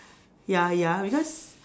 ya ya because